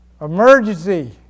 Emergency